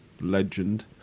legend